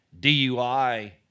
DUI